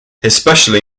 especially